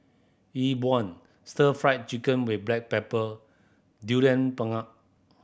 Yi Bua Stir Fried Chicken with black pepper Durian Pengat